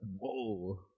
Whoa